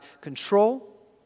control